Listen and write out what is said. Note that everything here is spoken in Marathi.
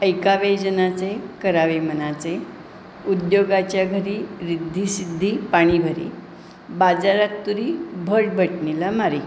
ऐकावे जनाचे करावे मनाचे उद्योगाच्या घरी रिद्धी सिद्धी पाणी भरी बाजारात तुरी भट भटणीला मारी